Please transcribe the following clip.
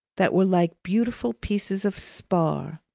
that were like beautiful pieces of spar,